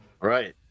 Right